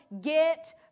get